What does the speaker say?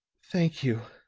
thank you!